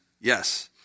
yes